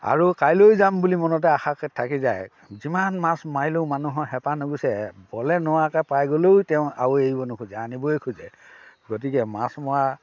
আৰু কাইলেও যাম বুলি মনতে আশা থাকি যায় যিমান মাছ মাৰিলেও মানুহৰ হেঁপাহ নুগুচে বলে নোৱাৰাকৈ পাই গ'লেওঁ তেওঁ আৰু এৰিব নোখোজে আনিবই খোজে গতিকে মাছ মৰা